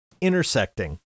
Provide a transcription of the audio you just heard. intersecting